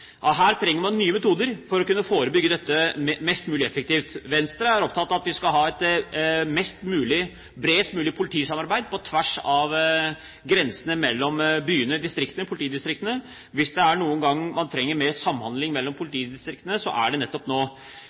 Her trenger man nye metoder for å kunne forebygge dette mest mulig effektivt. Venstre er opptatt av at vi skal ha et bredest mulig politisamarbeid på tvers av grensene mellom byene og politidistriktene. Er det noen gang man trenger mer samhandling mellom politidistriktene, er det nettopp nå.